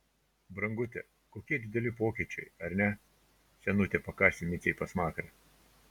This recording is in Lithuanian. brangute kokie dideli pokyčiai ar ne senutė pakasė micei pasmakrę